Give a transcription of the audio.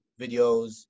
videos